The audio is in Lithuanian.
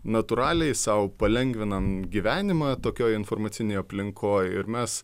natūraliai sau palengvinam gyvenimą tokioj informacinėj aplinkoj ir mes